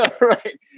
Right